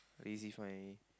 easy find